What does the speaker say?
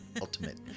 ultimate